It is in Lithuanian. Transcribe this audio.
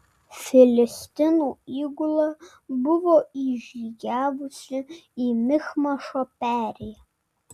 filistinų įgula buvo įžygiavusi į michmašo perėją